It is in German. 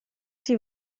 die